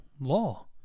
law